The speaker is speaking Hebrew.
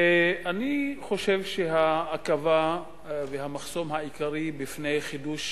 אני חושב שהעכבה והמחסום העיקרי בפני חידוש